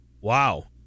Wow